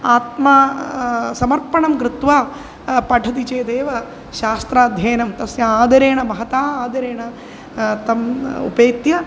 आत्मा समर्पणं कृत्वा पठति चेदेव शास्त्राध्ययनं तस्य आदरेण महता आदरेण तम् उपेत्य